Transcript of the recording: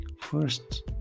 first